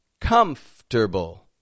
Comfortable